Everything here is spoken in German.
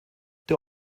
der